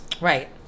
Right